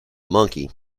monkey